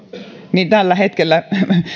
niin tällä hetkellä